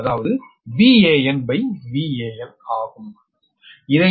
அதாவது VAn Van